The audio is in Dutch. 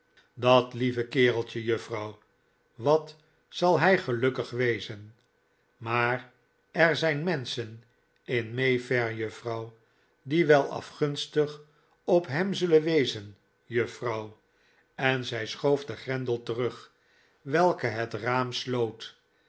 dat lieve kereltje juffrouw wat zal hij gelukkig wezen maar er zijn menschen in may fair juffrouw die wel afgunstig op hem zullen wezen juffrouw en zij schoof den grendel terug welke het raam sloot